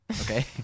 okay